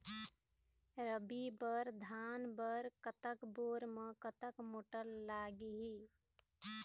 रबी बर धान बर कतक बोर म कतक मोटर लागिही?